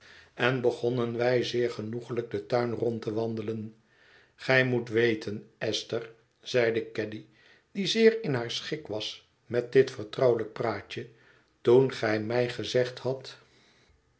en begonnen wij zeer genoeglijk den tuin rond te wandelen gij moet weten esther zeide caddy die zeer in haar schik was met dit vertrouwelijk praatje toen gij mij gezegd hadt